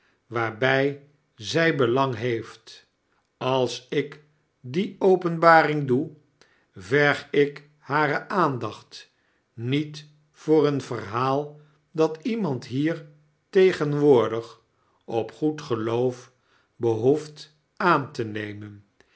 waarby zy belang heeft ais ik die openbaring doe verg ik hare aandacht niet voor een verhaal dat iemand hier tegenwoordig op goed geloof behoeft aan te nemen